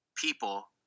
people